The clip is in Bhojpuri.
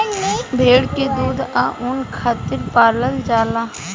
भेड़ के दूध आ ऊन खातिर पलाल जाला